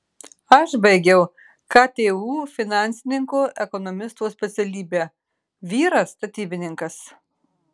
aš baigiau ktu finansininko ekonomisto specialybę vyras statybininkas